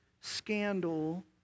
scandal